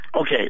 Okay